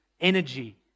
energy